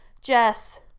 Jess